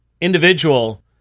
individual